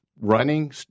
running